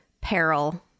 peril